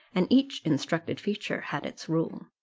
and each instructed feature had its rule.